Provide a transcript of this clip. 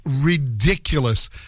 ridiculous